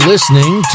Listening